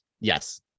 Yes